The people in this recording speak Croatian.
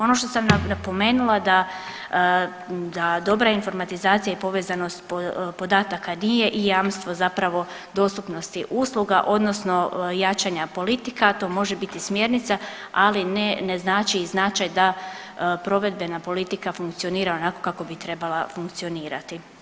Ono što sam napomenula da, da dobra informatizacija i povezanost podataka nije i jamstvo zapravo dostupnosti usluga odnosno jačanja politika, to može biti smjernica, ali ne, ne znači i značaj da provedbena politika funkcionira onako kako bi trebala funkcionirati.